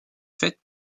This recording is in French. faite